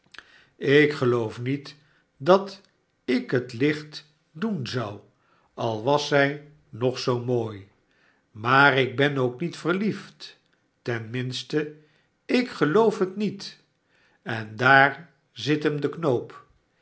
ik geloof niet dat ik het licht doen zou al was zij nog zoo mooi maar ik ben ook niet verliefd ten minste ik geloof het niet en daar zit hem de knoop